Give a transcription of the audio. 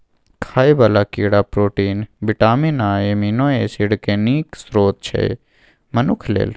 खाइ बला कीड़ा प्रोटीन, बिटामिन आ एमिनो एसिड केँ नीक स्रोत छै मनुख लेल